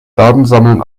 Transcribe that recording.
datensammeln